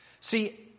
See